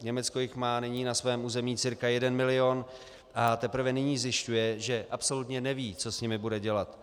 Německo jich má nyní na svém území cca 1 milion a teprve nyní zjišťuje, že absolutně neví, co s nimi bude dělat.